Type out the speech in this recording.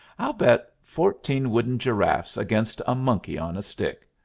i'll bet fourteen wooden giraffes against a monkey-on-a-stick!